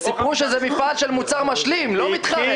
וסיפרו שזה מפעל של מוצר משלים, לא מתחרה.